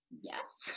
Yes